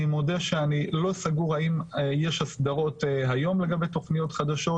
אני מודה שאני לא סגור האם יש הסדרות היום לגבי תוכניות חדשות